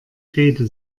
rede